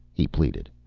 he pleaded.